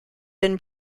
been